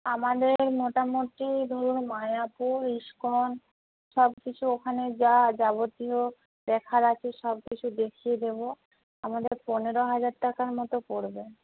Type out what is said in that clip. আমাদের মোটামুটি ধরুন মায়াপুর ইস্কন সব কিছু ওখানে যা যাবতীয় দেখার আছে সব কিছু দেখিয়ে দেবো আমাদের পনেরো হাজার টাকার মতো পড়বে